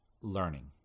learning